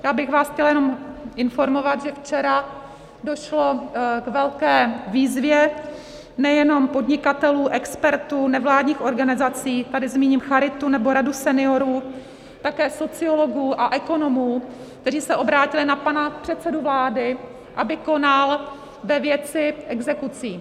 Já bych vás chtěla jenom informovat, že včera došlo k velké výzvě nejenom podnikatelů, expertů, nevládních organizací, tady zmíním Charitu nebo Radu seniorů, také sociologů a ekonomů, kteří se obrátili na pana předsedu vlády, aby konal ve věci exekucí.